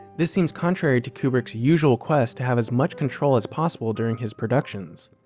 this seems contrary to kubrick's usual quest to have as much control as possible during his productions,